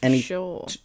Sure